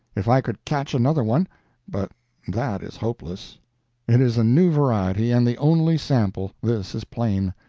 if i could catch another one but that is hopeless it is a new variety, and the only sample this is plain.